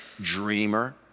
dreamer